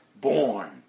born